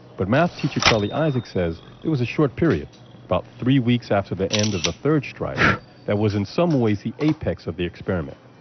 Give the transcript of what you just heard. but math teacher charlie isaacs says there was a short period about three weeks after the end of the third strike that was, in some ways, the apex of the experiment,